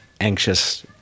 anxious